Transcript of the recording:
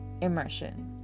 immersion